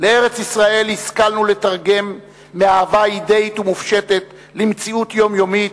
לארץ-ישראל השכלנו לתרגם מאהבה אידיאית ומופשטת למציאות יומיומית,